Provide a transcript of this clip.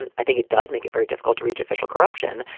and i think it does make it very difficult to reach official corruption,